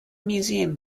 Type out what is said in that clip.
museum